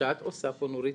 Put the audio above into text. שאת עושה פה, נורית,